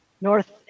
north